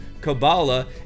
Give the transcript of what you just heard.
Kabbalah